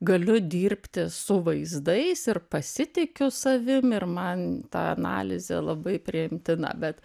galiu dirbti su vaizdais ir pasitikiu savim ir man ta analizė labai priimtina bet